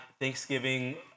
Thanksgiving